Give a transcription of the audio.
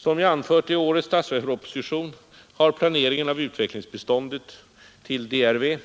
Som jag anfört i årets statsverksproposition har planeringen av utvecklingsbiståndet till DRV